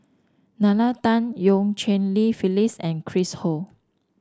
Nalla Tan Eu Cheng Li Phyllis and Chris Ho